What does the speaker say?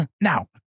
Now